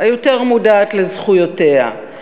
היותר מודעת לזכויותיה,